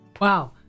Wow